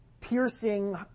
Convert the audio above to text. piercing